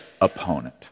opponent